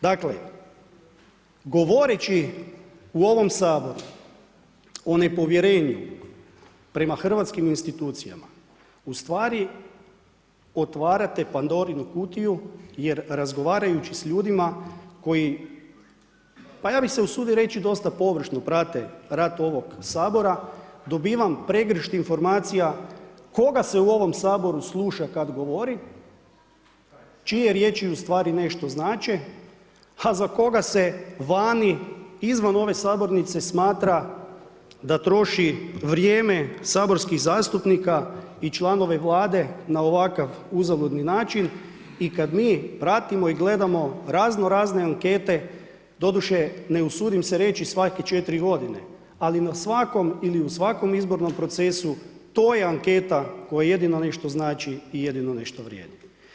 Dakle, govoreći u ovom Saboru o nepovjerenju prema hrvatskim institucijama, ustvari otvarate Pandorinu kutiju jer razgovarajući s ljudima koji, pa ja bih se usudio reći dosta površno prate rad ovog Sabora, dobivam pregršt informacija koga se u ovom Saboru sluša kad govori, čije riječi ustvari nešto znače, a za koga se vani, izvan ove sabornice smatra da troši vrijeme saborskih zastupnika i članova Vlade na ovakav uzaludni način i kad mi pratimo i gledamo razno razne ankete, doduše ne usudim se reći svake 4 godine, ali na svakom ili u svakom izbornom procesu to je anketa koja jedino nešto znači i jedino nešto vrijedi.